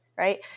right